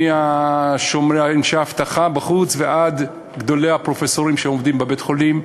מאנשי האבטחה בחוץ ועד גדולי הפרופסורים שעובדים בבית-החולים,